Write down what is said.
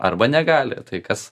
arba negali tai kas